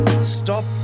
Stop